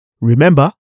Remember